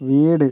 വീട്